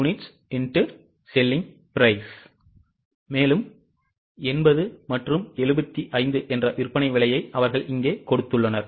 80 மற்றும் 75 என்ற விற்பனை விலையை அவர்கள் இங்கே கொடுத்துள்ளனர்